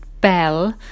Bell